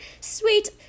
sweet